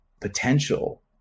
potential